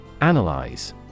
Analyze